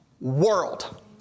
world